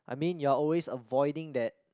I mean you're always avoiding that